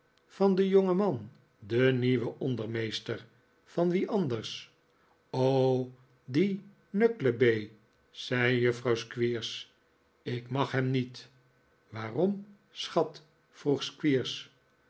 van den jpngeman den nieuwen ondermeester van wien anders die nukklebaai zei juffrouw squeers ik mag hem niet waarom schat vroeg